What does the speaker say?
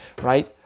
right